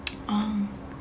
um